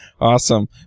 Awesome